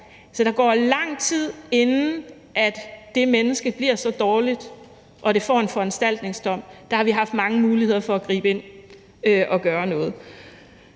så der går lang tid, inden det menneske bliver så dårligt, at det ender med at få en foranstaltningsdom. Der har vi haft mange muligheder for at gribe ind og gøre noget.